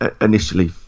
initially